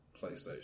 PlayStation